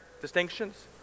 distinctions